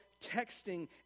texting